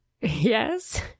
Yes